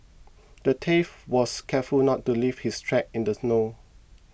the thief was careful not to leave his tracks in the snow